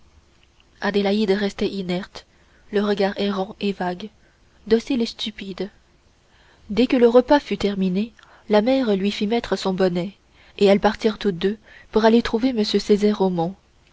adélaïde restait inerte le regard errant et vague docile et stupide dès que le repas fut terminé la mère lui fit mettre son bonnet et elles partirent toutes deux pour aller trouver